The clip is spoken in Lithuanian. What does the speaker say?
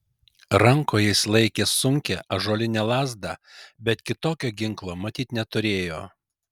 rankoje jis laikė sunkią ąžuolinę lazdą bet kitokio ginklo matyt neturėjo